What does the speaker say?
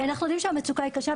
אנחנו יודעים שהמצוקה קשה,